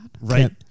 Right